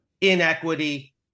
inequity